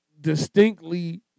distinctly